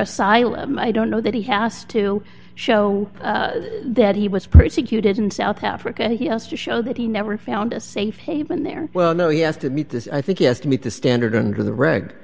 asylum i don't know that he has to show that he was persecuted in south africa he has to show that he never found a safe haven there well no he has to meet this i think yes to meet the standard and for the record